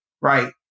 Right